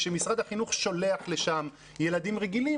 משרד החינוך שולח לשם ילדים רגילים,